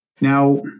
Now